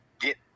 get